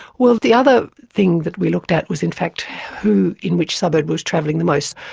well, the other thing that we looked at was in fact who in which suburb was travelling the most.